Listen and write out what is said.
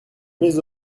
mets